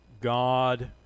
God